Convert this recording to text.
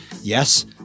Yes